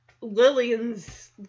Lillian's